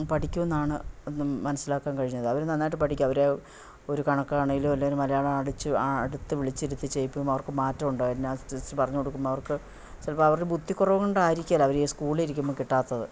പഠിക്കുമെന്നാണ് മനസ്സിലാക്കാൻ കഴിഞ്ഞത് അവർ നന്നായിട്ട് പഠിക്കും അവർ ഒരു കണക്കാണെങ്കിലും അല്ലെ ഒരു മലയാളം അടിച്ചു അടുത്ത് വിളിച്ചിരുത്തി ചെയ്യിപ്പിക്കുമ്പോൾ അവർക്ക് മാറ്റം ഉണ്ട് എന്നാൽ ജസ്റ്റ് പറ ഞ്ഞു കൊടുക്കുമ്പോൾ അവർക്ക് ചിലപ്പോൾ അവർക്ക് ബുദ്ധിക്കുറവ് കൊണ്ടായിരിക്കുകയില്ല അവർ ഇ സ്കൂൾ ഇരിക്കുമ്പോൾ കിട്ടാത്തത്